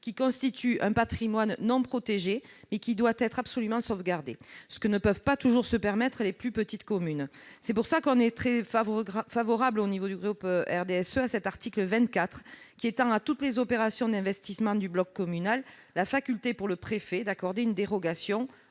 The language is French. qui constituent un patrimoine non protégé, mais qui doit absolument être sauvegardé, ce que ne peuvent pas toujours se permettre les plus petites communes. C'est pourquoi le groupe du RDSE est très favorable à cet article 24, lequel étend à toutes les opérations d'investissement du bloc communal la faculté pour le préfet d'accorder une dérogation